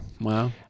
Wow